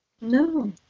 No